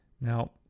Now